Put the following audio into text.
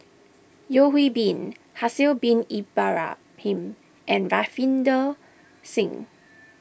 Yeo Hwee Bin Haslir Bin Ibrahim and Ravinder Singh